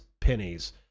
pennies